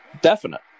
Definite